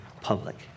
public